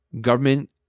government